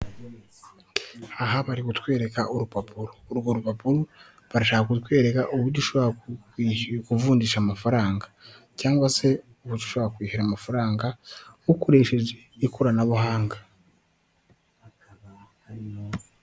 Aha, bari kutwereka urupapuro. Urwo rupapuro barashaka kutwereka uburyo ushobora kuvunjisha amafaranga cyangwa se, uburyo ushobora kwishyura amafaranga ukoresheje ikoranabuhanga.